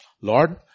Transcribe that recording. Lord